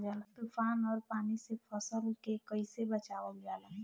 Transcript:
तुफान और पानी से फसल के कईसे बचावल जाला?